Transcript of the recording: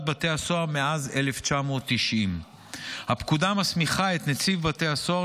בתי הסוהר מאז 1990. הפקודה מסמיכה את נציב בתי הסוהר